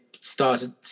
started